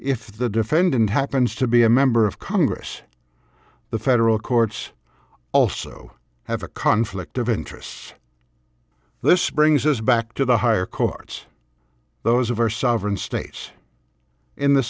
if the defendant happens to be a member of congress the federal courts also have a conflict of interests this brings us back to the higher courts those of our sovereign states in the